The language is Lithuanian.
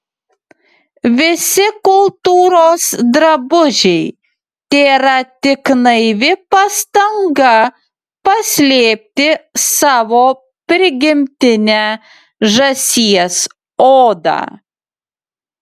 visi kultūros drabužiai tėra tik naivi pastanga paslėpti savo prigimtinę žąsies odą